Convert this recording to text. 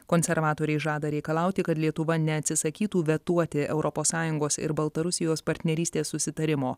konservatoriai žada reikalauti kad lietuva neatsisakytų vetuoti europos sąjungos ir baltarusijos partnerystės susitarimo